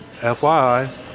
fyi